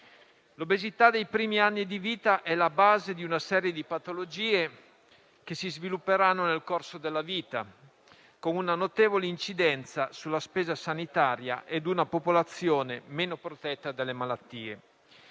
L'obesità dei primi anni di vita è alla base di una serie di patologie che si svilupperanno nel corso della vita, con una notevole incidenza sulla spesa sanitaria e una popolazione meno protetta dalle malattie.